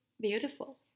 beautiful